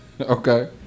okay